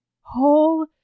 whole